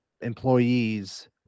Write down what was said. employees